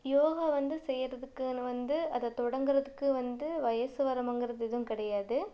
யோகா வந்து செய்யறதுக்குன்னு வந்து அதை தொடங்கறதுக்கு வந்து வயசு வரம்புங்கிறது எதுவும் கிடையாது